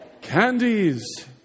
Candies